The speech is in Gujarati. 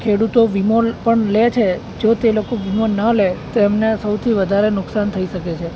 ખેડૂતો વિમો પણ લે છે જો તે લોકો વીમો ન લે તો એમને સૌથી વધારે નુકસાન થઈ શકે છે